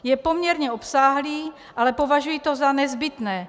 Je poměrně obsáhlý, ale považuji to za nezbytné.